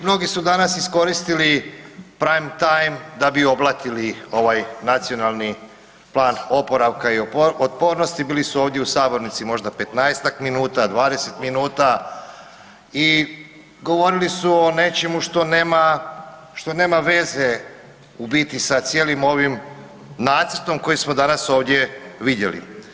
Mnogi su danas iskoristili prime time da bi oblatili ovaj nacionalni plan oporavka i otpornosti, bili su ovdje u sabornici možda petnaestak minuta, 20 minuta i govorili su o nečemu što nema veze u biti sa cijelim ovim nacrtom koji smo danas ovdje vidjeli.